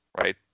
right